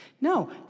No